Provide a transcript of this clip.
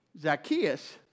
Zacchaeus